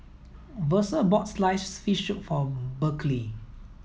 Versa bought sliced fish soup for Berkley